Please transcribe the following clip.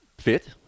fit